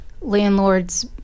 landlords